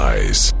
Eyes